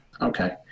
okay